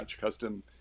custom